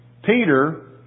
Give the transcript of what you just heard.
Peter